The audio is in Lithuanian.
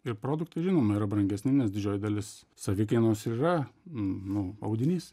ir produktai žinoma yra brangesni nes didžioji dalis savikainos ir yra nu audinys